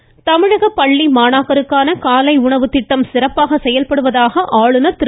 பழனிச்சாமி தமிழக பள்ளி மாணாக்கருக்கான காலை உணவு திட்டம் சிறப்பாக செயல்படுவதாக ஆளுநர் திரு